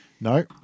No